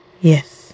yes